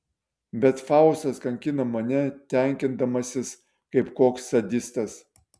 bet faustas kankina mane tenkindamasis kaip koks sadistas